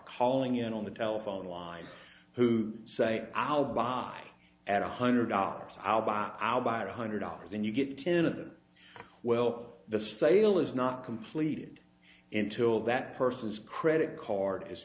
calling in on the telephone line who say i'll buy at one hundred dollars i'll buy i'll buy one hundred dollars and you get ten of them well the sale is not completed in tool that person's credit card is